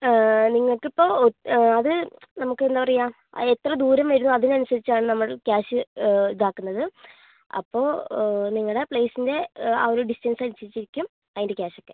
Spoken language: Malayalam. നിങ്ങൾക്ക് ഇപ്പം അത് നമ്മൾക്ക് എന്താ പറയുക ആ എത്ര ദൂരം വരും അതിന് അനുസരിച്ചാണ് നമ്മൾ ക്യാഷ് ഇതാക്കുന്നത് അപ്പോൾ നിങ്ങളെ പ്ലേസിൻ്റെ ആ ഒരു ഡിസ്റ്റൻസ് അനുസരിച്ച് ഇരിക്കും അതിൻ്റെ ക്യാഷ് ഒക്കെ